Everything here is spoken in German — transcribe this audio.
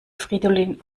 fridolin